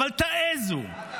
אבל תעזו -- מה תעשה?